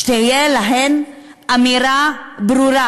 שתהיה להם אמירה ברורה,